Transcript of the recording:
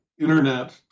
internet